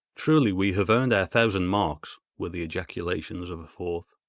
truly we have earned our thousand marks were the ejaculations of a fourth.